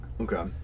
okay